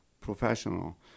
professional